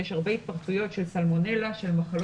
יש הרבה התפרצויות של סלמונלה, של מחלות אחרות.